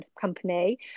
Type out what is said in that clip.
Company